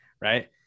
right